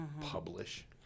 publish